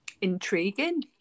intriguing